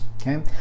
Okay